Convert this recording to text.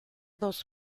dos